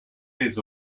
des